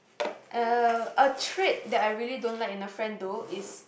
uh a trait that I really don't like in a friend though is